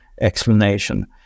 explanation